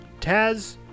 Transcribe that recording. Taz